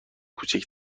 کوچک